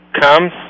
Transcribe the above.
comes